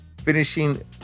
finishing